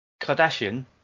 Kardashian